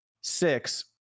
Six